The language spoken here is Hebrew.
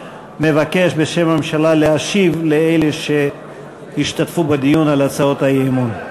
מבקש בשם הממשלה להשיב לאלה שהשתתפו בדיון על הצעות האי-אמון.